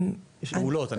פעולות אני